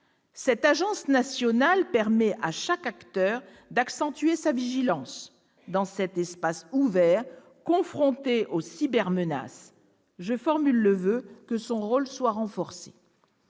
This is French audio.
Cette agence nationale permet à chaque acteur d'accroître sa vigilance dans cet espace ouvert, confronté aux cybermenaces. Je formule le voeu que son rôle soit renforcé.